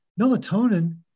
Melatonin